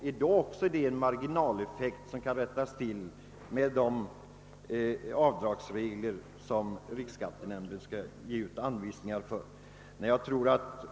Är även det en marginaleffekt som kan rättas till med de avdragsregler som riksskattenämnden skall utfärda anvisningar om?